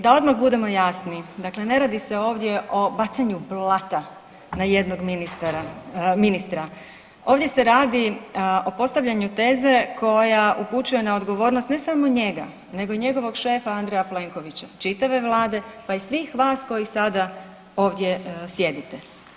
Da odmah budemo jasni dakle, ne radi se ovdje o bacanju blata na jednog ministara, ministra, ovdje se radi o postavljanju teze koja upućuje na odgovornost ne samo njega nego i njegovog šefa Andreja Plenkovića, čitave vlade pa i svih vas koji sada ovdje sjedite.